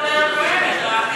ראיתי אותך כל היום נואמת.